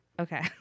Okay